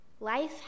Life